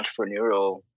entrepreneurial